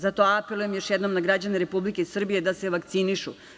Zato apelujem još jednom na građane Republike Srbije da se vakcinišu.